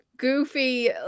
goofy